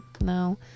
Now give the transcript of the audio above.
no